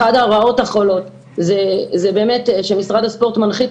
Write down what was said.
אחת הרעות החולות זה באמת שמשרד הספורט מנחית